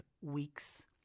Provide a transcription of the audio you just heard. weeks